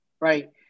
right